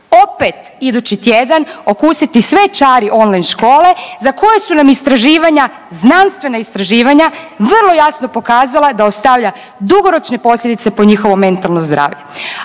opet idući tjedan okusiti sve čari on-line škole za koju su nam istraživanja, znanstvena istraživanja vrlo jasno pokazala da ostavlja dugoročne posljedice po njihovo mentalno zdravlje.